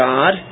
God